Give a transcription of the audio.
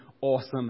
awesome